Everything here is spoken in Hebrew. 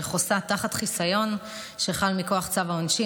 חוסה תחת חיסיון שחל מכוח צו העונשין